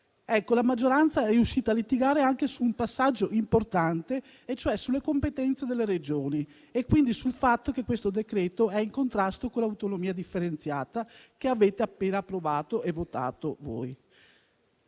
giusto? - è stato litigare anche su un passaggio importante, e cioè sulle competenze delle Regioni e quindi sul fatto che questo decreto è in contrasto con l'autonomia differenziata che avete voi appena approvato. Colleghi,